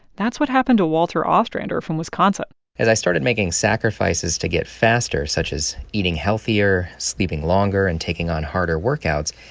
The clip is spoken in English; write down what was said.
that's what happened to walter ostrander from wisconsin as i started making sacrifices to get faster, such as eating healthier, sleeping longer and taking on harder workouts,